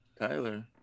Tyler